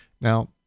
Now